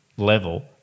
level